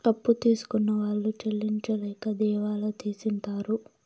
అప్పు తీసుకున్న వాళ్ళు చెల్లించలేక దివాళా తీసింటారు